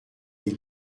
est